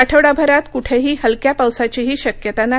आठवडा भरात कुठेही हलक्या पावसाचीही शक्यता नाही